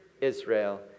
Israel